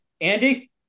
Andy